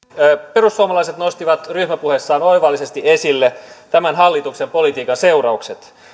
perussuomalaiset nostivat ryhmäpuheessaan oivallisesti esille tämän hallituksen politiikan seuraukset